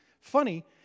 funny